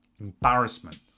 embarrassment